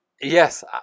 Yes